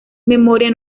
memoria